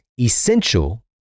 essential